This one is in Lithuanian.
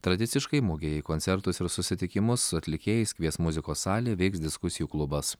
tradiciškai mugėje į koncertus ir susitikimus su atlikėjais kvies muzikos salė veiks diskusijų klubas